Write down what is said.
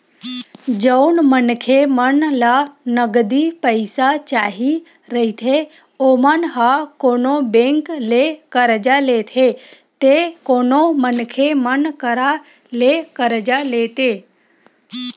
जउन मनखे मन ल नगदी पइसा चाही रहिथे ओमन ह कोनो बेंक ले करजा लेथे ते कोनो मनखे मन करा ले करजा लेथे